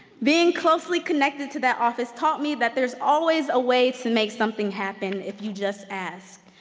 being closely connected to that office taught me that there's always a way to make something happen if you just ask.